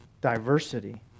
diversity